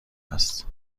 است